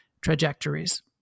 trajectories